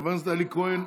חבר הכנסת אלי כהן,